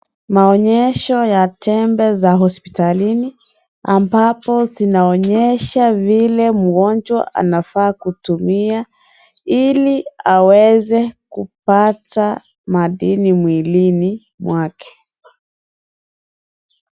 Maonyesho ya tembe za hospitalini , ambapo zinaonyesha vile mgonjwa anafaa kutumia, ili aweze kupata madini mwilini mwake.